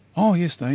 oh yes, they